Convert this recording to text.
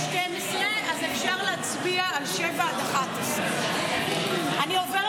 הסתייגות 12. אפשר להצביע על 7 עד 11. אני עוברת